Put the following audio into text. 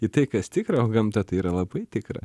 į tai kas tikra o gamta tai yra labai tikra